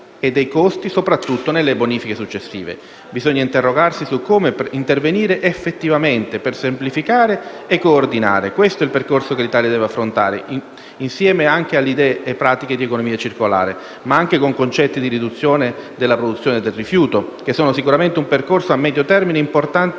e dei costi, soprattutto per le successive bonifiche. Bisogna interrogarsi su come intervenire effettivamente per semplificare e coordinare. Questo è il percorso che l'Italia deve affrontare, insieme alle idee e alle pratiche di economia circolare, ma anche sulla base di concetti di riduzione della produzione del rifiuto. Si tratta di un percorso a medio termine importante,